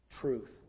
truth